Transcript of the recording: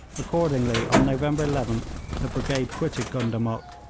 accordingly on november eleventh the brigade quitted gundamuk,